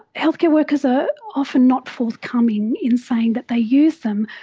healthcare workers are often not forthcoming in saying that they use them,